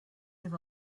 have